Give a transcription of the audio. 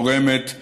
תורמת,